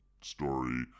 story